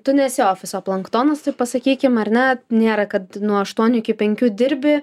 tu nesi ofiso planktonas taip pasakykim ar ne nėra kad nuo aštuonių iki penkių dirbi